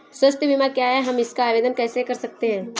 स्वास्थ्य बीमा क्या है हम इसका आवेदन कैसे कर सकते हैं?